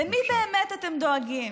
למי באמת אתם דואגים?